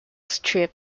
strip